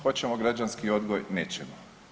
Hoćemo građanski odgoj, nećemo.